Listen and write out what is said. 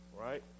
right